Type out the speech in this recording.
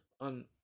on